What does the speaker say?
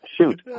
Shoot